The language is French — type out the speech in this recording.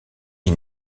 les